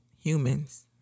humans